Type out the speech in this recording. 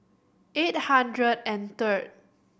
eight hundred and third